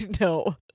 No